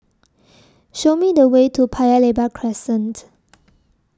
Show Me The Way to Paya Lebar Crescent